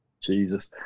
Jesus